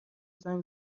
زنگ